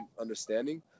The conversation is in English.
understanding